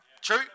True